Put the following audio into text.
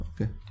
okay